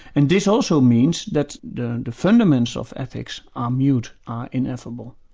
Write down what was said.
and this also means that the fundamentals of ethics are mute, are ineffable,